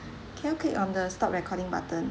can you click on the stop recording button